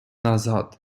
назад